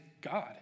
God